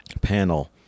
panel